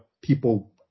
people